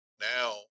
now